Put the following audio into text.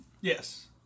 Yes